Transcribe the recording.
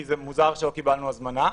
זה מוזר שלא קיבלנו הזמנה.